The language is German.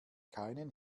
keinen